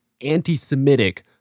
anti-Semitic